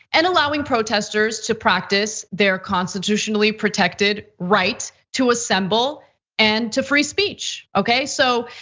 and allowing protesters to practice their constitutionally protected rights to assemble and to free speech, okay? so,